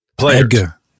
Edgar